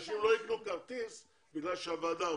שאנשים לא יקנו כרטיס בגלל שהוועדה אמרה.